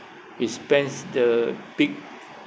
we spends the big